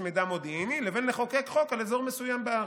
מידע מודיעיני לבין לחוקק חוק על אזור מסוים בארץ.